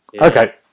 okay